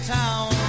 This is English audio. town